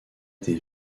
était